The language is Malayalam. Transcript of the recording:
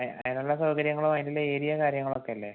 അതിന് അതിനുള്ള സൗകര്യങ്ങളും അതിനുള്ള ഏരിയ കാര്യങ്ങളൊക്കെ ഇല്ലേ